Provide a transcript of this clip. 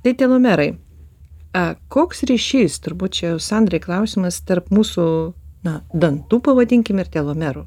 tai telomerai a koks ryšys turbūt čia jau sandrai klausimas tarp mūsų na dantų pavadinkim ir telomerų